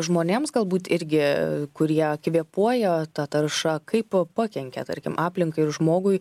žmonėms galbūt irgi kurie kvėpuoja ta tarša kaip pakenkia tarkim aplinkai ir žmogui